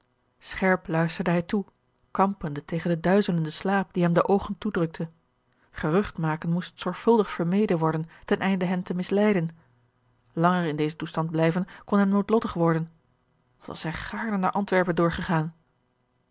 scherp luisterde hij toe kampende tegen den duizelenden slaap die hem de oogen toedrukte gerucht maken moest zorgvuldig vermeden worden ten einde hen te misleiden langer in dezen toestand blijven kon hem noodlottig worden wat was hij gaarne naar antwerpen doorgegaan